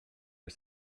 are